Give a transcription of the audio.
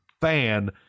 fan